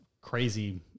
crazy